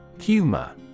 Humor